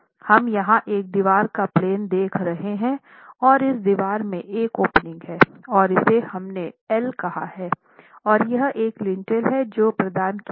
हम यहाँ एक दीवार का प्लेन देख रहे हैं और इस दीवार में एक ओपनिंग है और इसे हमने एल कहा है और यह एक लिंटेल है जो प्रदान किया गया है